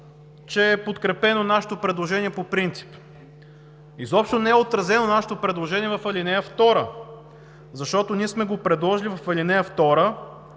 че е подкрепено нашето предложение по принцип. Изобщо не е отразено нашето предложение в ал. 2. Защото ние сме предложили в ал. 2